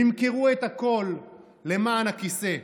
הם ימכרו את הכול למען הכיסא.